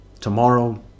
tomorrow